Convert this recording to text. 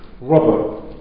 Robert